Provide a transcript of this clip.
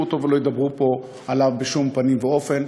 אותו ולא ידברו פה עליו בשום פנים ואופן,